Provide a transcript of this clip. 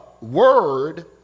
word